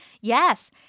Yes